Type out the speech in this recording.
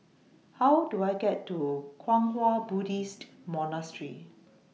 How Do I get to Kwang Hua Buddhist Monastery